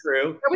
True